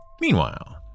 Meanwhile